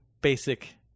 basic